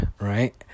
right